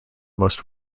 most